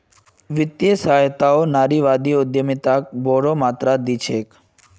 वित्तीय सहायताओ नारीवादी उद्यमिताक बोरो मात्रात दी छेक